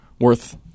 worth